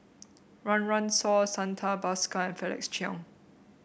Run Run Shaw Santha Bhaskar and Felix Cheong